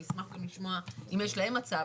אני אשמח גם לשמוע אם יש להם הצעה.